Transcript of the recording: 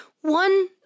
one